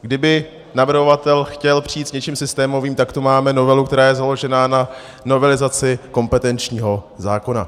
A kdyby navrhovatel chtěl přijít s něčím systémovým, tak to máme novelu, která je založena na novelizaci kompetenčního zákona.